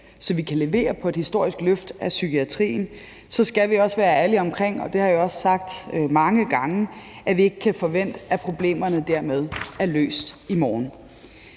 så vi kan levere på et historisk løft af psykiatrien, så skal vi også være ærlige om – og det har jeg også sagt mange gange – at vi ikke kan forvente, at problemerne dermed er løst i morgen.